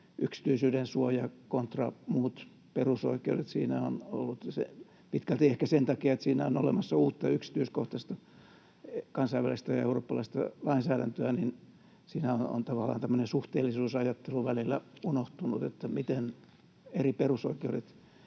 yksityisyydensuoja kontra muut perusoikeudet, missä pitkälti ehkä sen takia, että siinä on olemassa uutta, yksityiskohtaista kansainvälistä ja eurooppalaista lainsäädäntöä, on tavallaan tämmöinen suhteellisuusajattelu välillä unohtunut, että miten eri perusoikeuksia